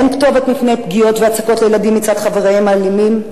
אין כתובת מפני פגיעות והצקות לילדים מצד חבריהם האלימים,